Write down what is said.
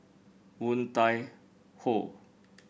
Woon Tai Ho